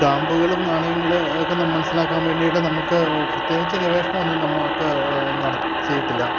സ്റ്റാമ്പുകളും നാണയങ്ങള് ഒക്കെ മനസ്സിലാക്കാൻ വേണ്ടിയിട്ട് നമുക്ക് പ്രത്യേകിച്ച് ഗവേഷണം ഒന്നും നമുക്ക് നടത്തിയിട്ടില്ല